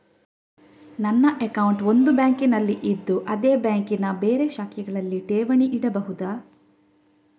ನನ್ನ ಅಕೌಂಟ್ ಒಂದು ಬ್ಯಾಂಕಿನಲ್ಲಿ ಇದ್ದು ಅದೇ ಬ್ಯಾಂಕಿನ ಬೇರೆ ಶಾಖೆಗಳಲ್ಲಿ ಠೇವಣಿ ಇಡಬಹುದಾ?